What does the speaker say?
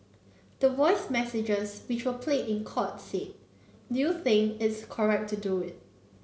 the voice messages which were played in court said do you think its correct to do it